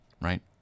right